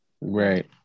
Right